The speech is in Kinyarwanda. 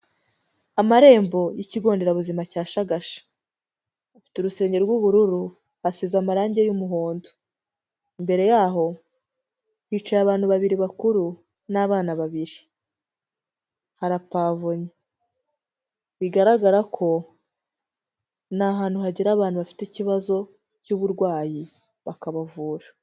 Amarembo y'ikigo nderabuzima cya Shagasha, hafite urusenge rw'ubururu, hasize amarangi y'umuhondo, imbere y'aho hicaye abantu babiri bakuru n'abana babiri, harapavomye, bigaragara ko ni ahantu hagera abantu bafite ikibazo cy'uburwayi bakabuvura.